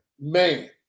Man